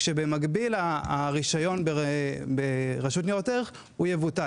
כשבמקביל הרישיון ברשות ניירות ערך יבוטל.